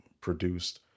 produced